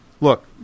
Look